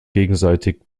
gegenseitig